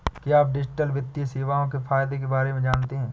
क्या आप डिजिटल वित्तीय सेवाओं के फायदों के बारे में जानते हैं?